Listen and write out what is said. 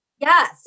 yes